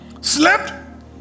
slept